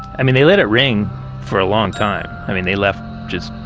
i mean they let it ring for a long time. i mean they left just,